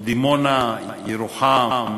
דימונה, ירוחם,